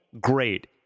great